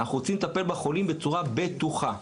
אנחנו רוצים לטפל בחולים בצורה בטוחה.